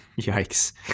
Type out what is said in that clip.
Yikes